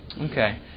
Okay